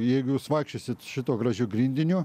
jeigu jūs vaikščiosit šituo gražiu grindiniu